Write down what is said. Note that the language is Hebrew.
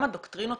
גם הדוקטרינות